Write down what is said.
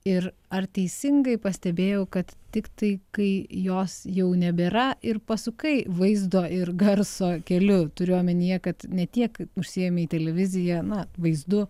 ir ar teisingai pastebėjau kad tiktai kai jos jau nebėra ir pasukai vaizdo ir garso keliu turiu omenyje kad ne tiek užsiėmei televizija na vaizdu